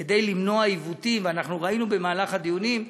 כדי למנוע עיוותים, וראינו במהלך הדיונים,